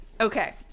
Okay